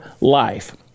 life